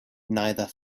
neither